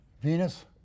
Venus